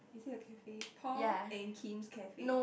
is it a cafe Paul and Kim's cafe